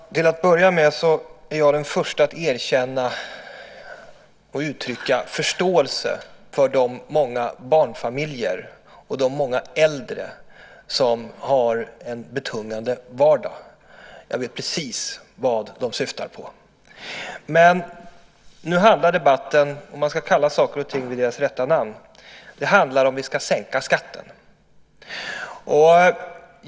Fru talman! Till att börja med är jag den förste att erkänna och uttrycka förståelse för de många barnfamiljer och de många äldre som har en betungande vardag. Jag vet precis vad som åsyftas. Men nu handlar debatten, om man ska kalla saker och ting vid deras rätta namn, om ifall vi ska sänka skatten.